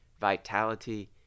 vitality